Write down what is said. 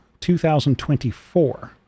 2024